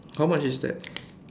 how much is that